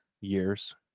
years